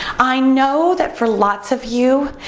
i know that for lots of you,